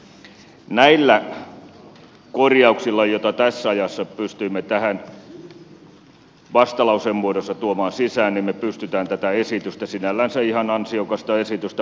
näillä korjauksilla joita tässä ajassa pystyimme tähän vastalauseen muodossa tuomaan sisään me pystymme tätä esitystä sinällänsä ihan ansiokasta esitystä parantamaan